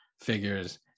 figures